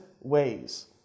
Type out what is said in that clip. ways